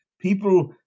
People